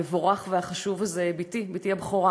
המבורך והחשוב הזה: בתי הבכורה